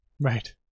Right